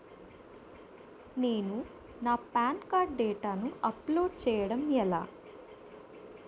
నేను నా PAN card డేటాను అప్లోడ్ చేయడం ఎలా?